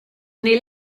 neu